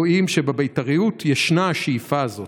רואים שבבית"ריות ישנה השאיפה הזאת,